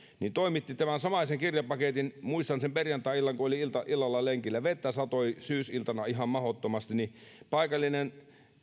yhtiö toimitti tämän samaisen kirjapaketin muistan sen perjantai illan kun olin illalla lenkillä vettä satoi syysiltana ihan mahdottomasti mutta paikallinen